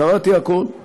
קראת את הדוח קראתי הכול,